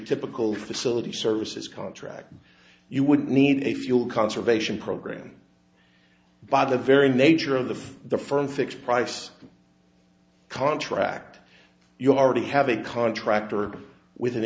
typical facility services contract you would need a fuel conservation program by the very nature of the firm fixed price contract you already have a contractor with an